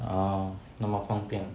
orh 那么方便